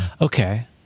Okay